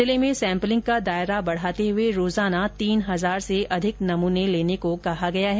जिले में सैम्पलिंग का दायरा बढाते हुए रोजाना तीन हजार से अधिक नमूने लेने को कहा गया है